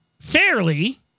fairly